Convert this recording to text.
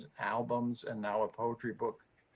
albums and now a poetry book.